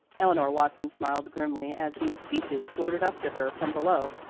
eleanor watson smiled grimly as these speeches floated up to her from below.